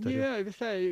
ne visai